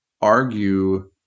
argue